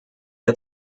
hat